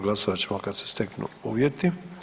Glasovat ćemo kada se steknu uvjeti.